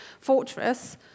fortress